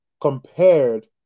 compared